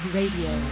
Radio